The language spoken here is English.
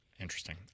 Interesting